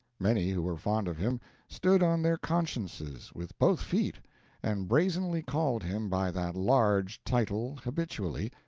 many who were fond of him stood on their consciences with both feet and brazenly called him by that large title habitually,